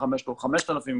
3,500 שקלים,